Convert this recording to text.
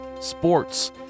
sports